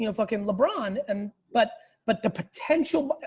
you know fucking lebron. and but but the potential,